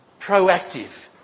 proactive